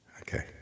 Okay